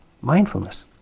mindfulness